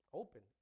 open